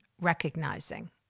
recognizing